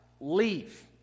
leave